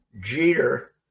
Jeter